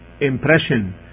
impression